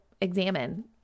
examine